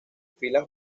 filas